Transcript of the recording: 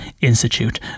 Institute